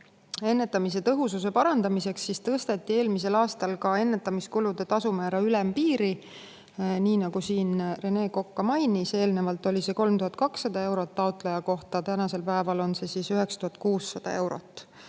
Ennetamise tõhususe parandamiseks tõsteti eelmisel aastal ennetamiskulude tasumäära ülempiiri. Nii nagu siin Rene Kokk ka mainis, eelnevalt oli see 3200 eurot taotleja kohta, tänasel päeval on 9600 eurot.